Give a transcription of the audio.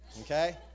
Okay